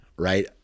right